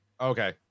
Okay